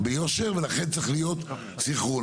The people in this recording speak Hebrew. ולכן, צריך להיות סנכרון.